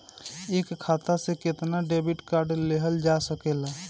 एक खाता से केतना डेबिट कार्ड लेहल जा सकेला?